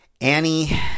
Annie